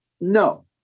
no